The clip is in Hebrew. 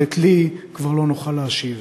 אבל את לי כבר לא נוכל להשיב.